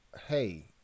hey